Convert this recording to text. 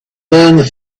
learned